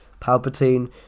Palpatine